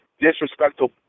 disrespectful